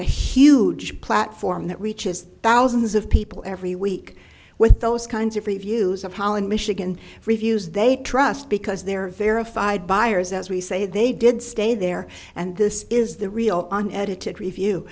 a huge platform that reaches thousands of people every week with those kinds of reviews of holland michigan reviews they trust because they're verified buyers as we say they did stay there and this is the real on edited review